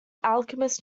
alchemist